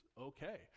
okay